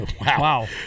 Wow